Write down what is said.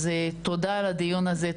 אז תודה על הדיון הזה,